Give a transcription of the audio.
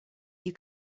you